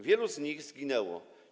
Wielu z nich zginęło.